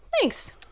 Thanks